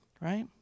right